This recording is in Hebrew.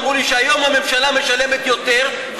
אמרו לי שהיום הממשלה משלמת יותר,